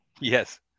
Yes